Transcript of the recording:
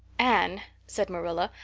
anne, said marilla,